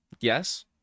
Yes